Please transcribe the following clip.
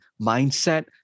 mindset